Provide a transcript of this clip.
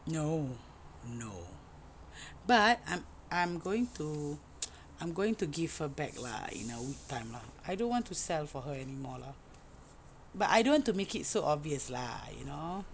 no no but I'm I'm going to I'm going to give her back lah in her own time ah I don't want to sell for her anymore lah but I don't want to make it so obvious lah you know